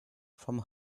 from